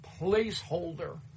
placeholder